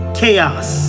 chaos